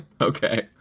Okay